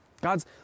God's